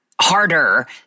harder